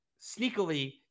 sneakily